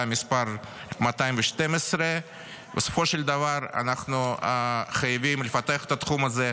מספר 212. בסופו של דבר אנחנו חייבים לפתח את התחום הזה.